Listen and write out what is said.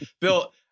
Bill